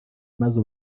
maze